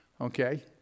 okay